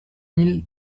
mille